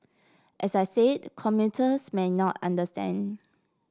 as I said commuters may not understand